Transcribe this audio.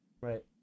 Right